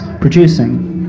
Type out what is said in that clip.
producing